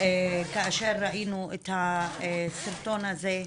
כאשר ראינו את הסרטון הזה.